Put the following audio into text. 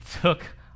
took